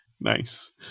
Nice